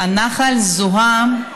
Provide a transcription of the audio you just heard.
הנחל זוהם,